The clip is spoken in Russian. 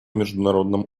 международном